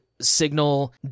Signal